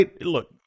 Look